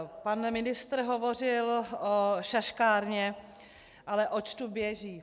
Pan ministr hovořil o šaškárně, ale oč tu běží?